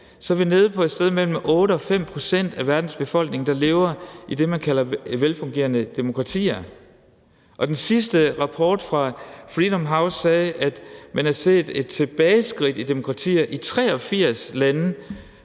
vi er nede på et sted mellem 5 og 8 pct. af verdens befolkning, der lever i det, man kalder velfungerende demokratier. Og den sidste rapport fra Freedom House sagde, at man havde set et tilbageskridt i demokratier i 83 lande